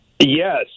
Yes